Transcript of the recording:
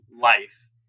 life